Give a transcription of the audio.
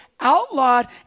outlawed